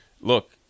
look